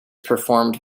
performed